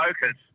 focus